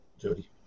Jody